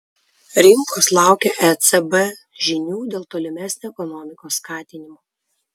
rinkos laukia ecb žinių dėl tolimesnio ekonomikos skatinimo